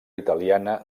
italiana